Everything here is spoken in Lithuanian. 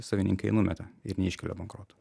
savininkai numeta ir neiškelia bankroto